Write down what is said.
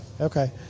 okay